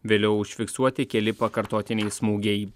vėliau užfiksuoti keli pakartotiniai smūgiai